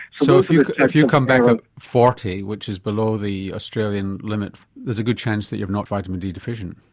so if you if you come back at forty which is below the australian limit there's a good chance that you're not vitamin d deficient.